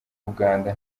uganda